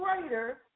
greater